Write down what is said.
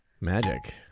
Magic